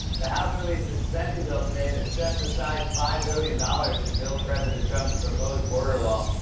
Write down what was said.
the house released a spending bill today that sets aside five billion dollars to build president trump's proposed border wall.